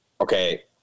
okay